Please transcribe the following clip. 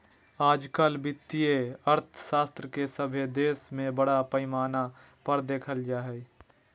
आजकल वित्तीय अर्थशास्त्र के सभे देश में बड़ा पैमाना पर देखल जा हइ